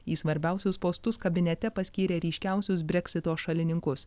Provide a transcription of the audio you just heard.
į svarbiausius postus kabinete paskyrė ryškiausius breksito šalininkus